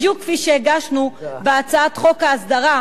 בדיוק כפי שהגשנו בהצעת חוק ההסדרה,